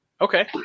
Okay